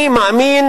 אני מאמין